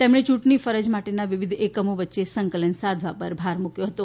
તેમણે ચૂંટણી ફરજ માટેનાં વિવિધ એકમો વચ્ચે સંકલન સાધવા ઉપર ભાર મૂક્યો હતો